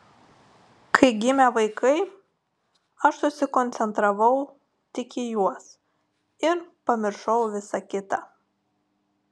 kai gimė vaikai aš susikoncentravau tik į juos ir pamiršau visa kita